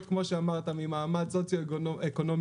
להיות כמו שאמרת להיות ממעמד סוציו-אקונומי